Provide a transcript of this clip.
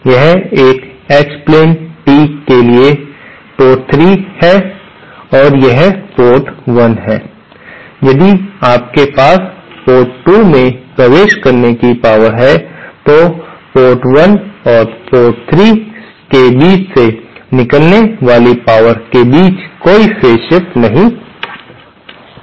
यह एक H plane T के लिए पोर्ट 3 है और यह पोर्ट 1 है यदि आपके पास पोर्ट 2 में प्रवेश करने की पावर है तो पोर्ट 1 और पोर्ट 3 के बीच से निकलने वाली पावर के बीच कोई फेज शिफ्ट नहीं होगा